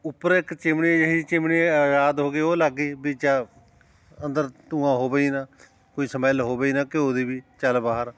ਉੱਪਰ ਇੱਕ ਚਿਮਨੀ ਜਿਹੀ ਚਿਮਨੀ ਰਾਦ ਹੋ ਗਈ ਉਹ ਲੱਗ ਗਈ ਵੀ ਚਾ ਅੰਦਰ ਧੂੰਆਂ ਹੋਵੇ ਹੀ ਨਾ ਕੋਈ ਸਮੈਲ ਹੋਵੇ ਹੀ ਨਾ ਘਿਉ ਦੀ ਵੀ ਚੱਲ ਬਾਹਰ